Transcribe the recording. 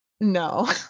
no